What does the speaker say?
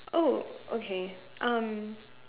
oh okay um